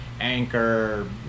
Anchor